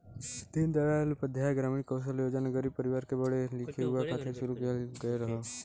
दीन दयाल उपाध्याय ग्रामीण कौशल योजना गरीब परिवार के पढ़े लिखे युवा खातिर शुरू किहल गयल हौ